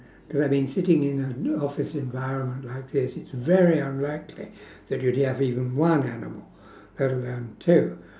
cause I've been sitting in an office environment like this it's very unlikely that you'd have even have one animal let alone two